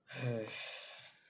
!hais!